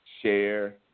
Share